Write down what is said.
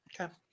Okay